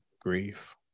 grief